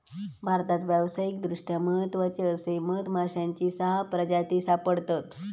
भारतात व्यावसायिकदृष्ट्या महत्त्वाचे असे मधमाश्यांची सहा प्रजाती सापडतत